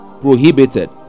prohibited